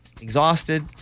exhausted